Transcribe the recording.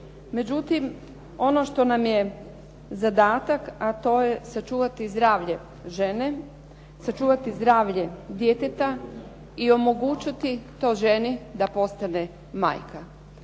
Međutim, ono što nam je zadatak a to je sačuvati zdravlje žene, sačuvati zdravlje djeteta i omogućiti toj ženi da postane majka.